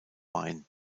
main